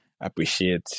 appreciate